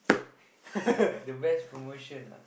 the best promotion ah